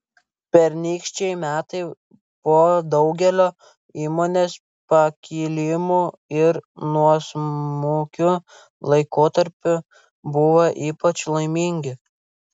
pernykščiai metai po daugelio įmonės pakilimų ir nuosmukių laikotarpių buvo ypač laimingi